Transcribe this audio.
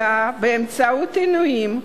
הודאה באמצעות עינויים,